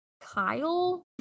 Kyle